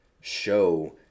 show